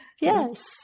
Yes